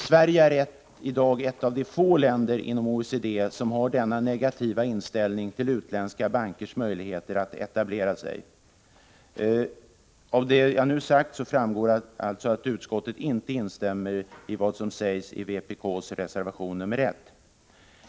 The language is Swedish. Sverige är i dag ett av de få länder inom OECD som har en negativ inställning till utländska bankers möjligheter att etablera sig i landet. Av det sagda framgår att utskottsmajoriteten inte instämmer i vad som sägs i vpk:s reservation nr 1.